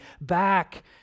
back